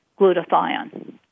glutathione